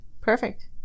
Perfect